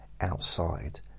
outside